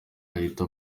ahita